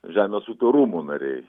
žemės ūkio rūmų nariai